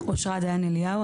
אושרת דיין אליהו,